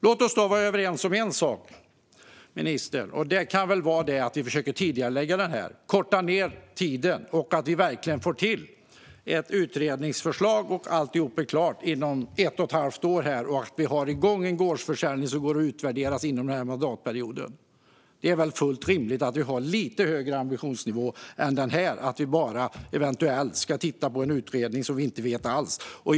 Låt oss vara överens om en sak, ministern, och det är att man försöker tidigarelägga utredningen och korta ned tiden för den, så att man verkligen får till ett utredningsförslag, att allting är klart inom ett och ett halvt år och att en gårdsförsäljning kommer i gång som går att utvärdera inom denna mandatperiod. Det är väl fullt rimligt att man har en lite högre ambitionsnivå än att man eventuellt bara ska titta på en utredning som man inte vet något om?